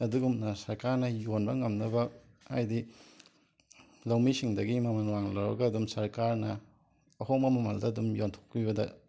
ꯑꯗꯨꯒꯨꯝꯅ ꯁꯔꯀꯥꯔꯅ ꯌꯣꯟꯕ ꯉꯝꯅꯕ ꯍꯥꯏꯗꯤ ꯂꯧꯃꯤꯁꯤꯡꯗꯒꯤ ꯃꯃꯜ ꯋꯥꯡꯅ ꯂꯧꯔꯒ ꯑꯗꯨꯝ ꯁꯔꯀꯥꯔꯅ ꯑꯍꯣꯡꯕ ꯃꯃꯜꯗ ꯑꯗꯨꯝ ꯌꯣꯟꯊꯣꯛꯄꯤꯕꯗ